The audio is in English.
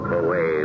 away